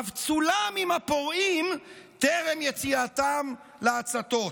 אף צולם עם הפורעים טרם יציאתם להצתות.